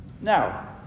Now